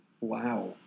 Wow